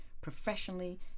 professionally